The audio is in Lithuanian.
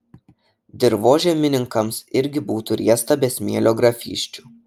dirvožemininkams irgi būtų riesta be smėlio grafysčių